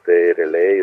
tai realiai